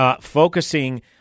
focusing